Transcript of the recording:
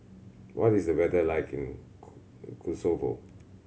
what is the weather like in Kosovo